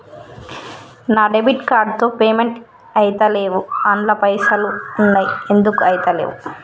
నా debit card తో payment ఐతలేవ్ అండ్ల పైసల్ ఉన్నయి ఎందుకు ఐతలేవ్?